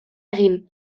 egin